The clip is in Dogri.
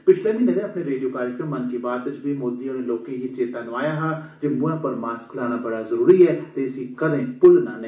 पिछले म्हीनें दे अपने रेडियो कार्यक्रम 'मन की बात' च बी मोदी होरें लोकें गी चेता नोआया हा जे मुहै पर मास्क लाना बड़ा जरूरी ऐ ते इसी कदे भुल्लना नेई